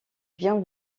bien